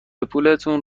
پولتون